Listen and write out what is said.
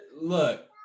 look